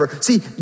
See